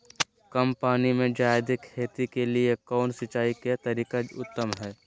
कम पानी में जयादे खेती के लिए कौन सिंचाई के तरीका उत्तम है?